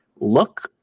look